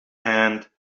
hand